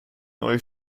neue